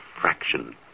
fraction